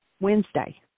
Wednesday